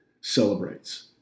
celebrates